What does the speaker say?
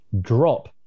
drop